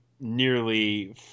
nearly